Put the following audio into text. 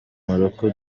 morocco